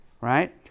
right